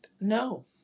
No